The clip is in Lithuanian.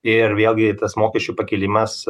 ir vėlgi tas mokesčių pakilimas